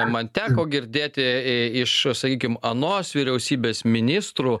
man teko girdėti iš sakykim anos vyriausybės ministrų